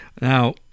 Now